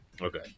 Okay